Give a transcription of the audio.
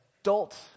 adult